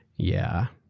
yeah.